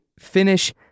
finish